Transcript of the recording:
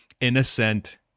innocent